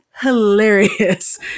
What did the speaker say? hilarious